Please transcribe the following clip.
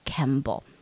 Campbell 。